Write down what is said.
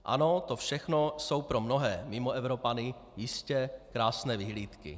Ano, to všechno jsou pro mnohé Mimoevropany jistě krásné vyhlídky.